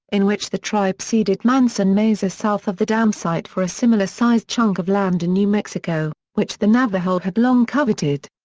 in which the tribe ceded manson mesa south of the dam site for a similar-sized chunk of land in new mexico, which the navajo had long coveted.